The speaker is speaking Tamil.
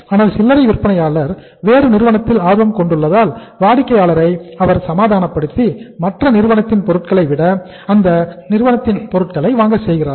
ஆனால் சில்லறை விற்பனையாளர் வேறு நிறுவனத்தில் ஆர்வம் கொண்டுள்ளதால் வாடிக்கையாளரை அவர் சமாதானப்படுத்தி மற்ற நிறுவனத்தின் பொருட்களை விட அந்த நிறுவனத்தின் பொருட்களை வாங்க செய்கிறார்